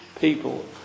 people